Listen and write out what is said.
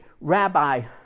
rabbi